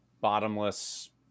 bottomless